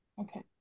Okay